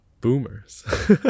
boomers